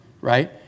Right